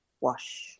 Wash